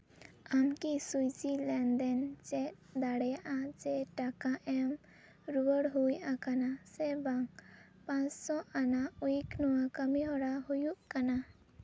ᱟᱢ ᱠᱤ ᱥᱩᱭᱜᱤ ᱞᱮᱱᱫᱮᱱ ᱮᱢ ᱪᱮᱫ ᱫᱟᱲᱮᱭᱟᱜᱼᱟ ᱡᱮ ᱴᱟᱠᱟ ᱮᱢ ᱨᱩᱣᱟᱹᱲ ᱦᱩᱭ ᱟᱠᱟᱱᱟ ᱥᱮ ᱵᱟᱝ ᱯᱟᱥᱥᱳ ᱟᱱᱟᱜ ᱩᱭᱤᱠ ᱠᱟᱹᱢᱤ ᱦᱚᱨᱟ ᱦᱩᱭᱩᱜ ᱠᱟᱱᱟ